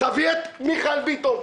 תביא את מיכאל ביטון,